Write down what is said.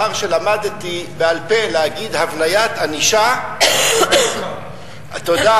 לאחר שלמדתי בעל-פה להגיד "הבניית ענישה" תודה.